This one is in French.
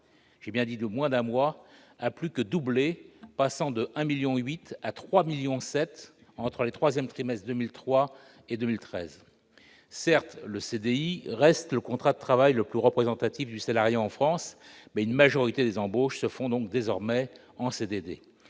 de CDD de moins d'un mois a plus que doublé, passant de 1,8 million à 3,7 millions entre les troisièmes trimestres de 2003 et de 2013. Certes, le CDI reste le contrat de travail le plus représentatif du salariat en France, mais une majorité des embauches se font donc désormais en CDD.